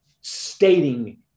stating